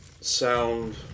sound